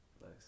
Nice